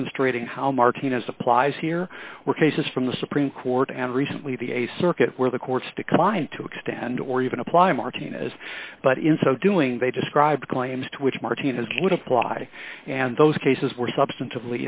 demonstrating how martinez applies here were cases from the supreme court and recently the a circuit where the courts to combine to extend or even apply martinez but in so doing they describe claims to which martinez would apply and those cases were substantive